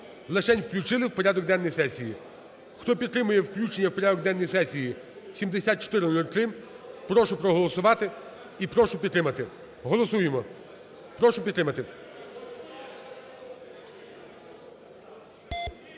лишень включили в порядок денний сесії. Хто підтримує включення в порядок денний сесії 7403, прошу проголосувати і прошу підтримати. Голосуємо, прошу підтримати.